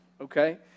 okay